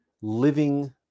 living